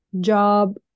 job